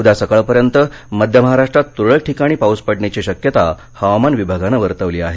उद्या सकाळपर्यंत मध्य महाराष्ट्रात तुरळक ठिकाणी पाऊस पडण्याची शक्यता हवामान विभागानं वर्तवली आहे